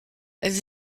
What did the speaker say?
elles